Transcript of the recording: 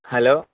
hello